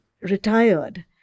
retired